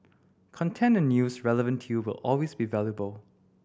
content and news relevant to you will always be valuable